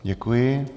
Děkuji.